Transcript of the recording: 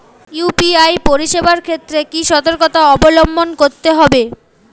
UPI পরিসেবার ক্ষেত্রে কি সতর্কতা অবলম্বন করতে হবে?